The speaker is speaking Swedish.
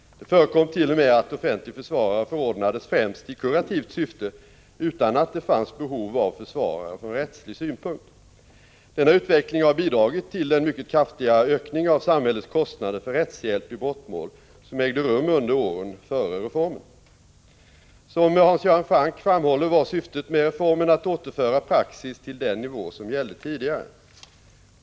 Det förekom t.o.m. att offentlig försvarare förordnades främst i kurativt syfte utan att det fanns behov av försvarare från rättslig synpunkt. Denna utveckling har bidragit till den mycket kraftiga ökning av samhällets kostnader för rättshjälp i brottmål som ägde rum under åren före reformen. Som Hans Göran Franck framhåller var syftet med reformen att återföra praxis till den nivå som gällde tidigare.